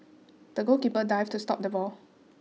the goalkeeper dived to stop the ball